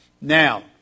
Now